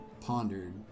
pondered